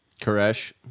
Koresh